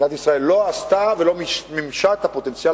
מדינת ישראל לא עשתה ולא מימשה את הפוטנציאל